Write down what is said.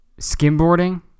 Skimboarding